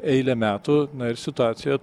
eilę metų na ir situaciją